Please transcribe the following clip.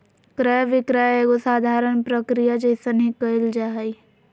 क्रय विक्रय एगो साधारण प्रक्रिया जइसन ही क़इल जा हइ